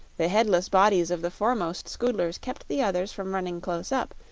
the headless bodies of the foremost scoodlers kept the others from running close up,